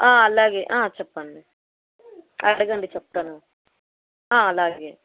అలాగే చెప్పండి అడగండి చెప్తాను అలాగే